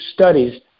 studies